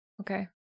Okay